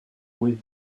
with